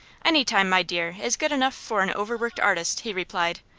any time, my dear, is good enough for an overworked artist, he replied.